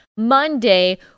Monday